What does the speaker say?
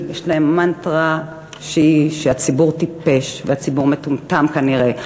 יש להם מנטרה שהציבור טיפש והציבור מטומטם כנראה,